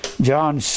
John